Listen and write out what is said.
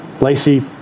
Lacey